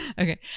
Okay